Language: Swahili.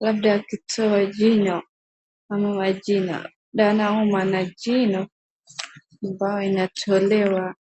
Labda akitoa jina ama wa jina. Na anaumwa na jino ambayo inatolewa.